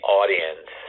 audience